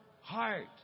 heart